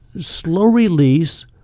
slow-release